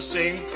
Sing